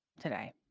today